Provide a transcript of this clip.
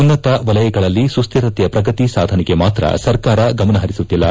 ಉನ್ನತ ವಲಯಗಳಲ್ಲಿ ಸುಸ್ಕಿರತೆಯ ಪ್ರಗತಿ ಸಾಧನೆಗೆ ಮಾತ್ರ ಸರ್ಕಾರ ಗಮನಹರಿಸುತ್ತಿಲ್ಲ